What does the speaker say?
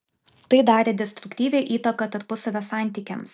tai darė destruktyvią įtaką tarpusavio santykiams